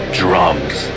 drums